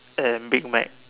and big Mac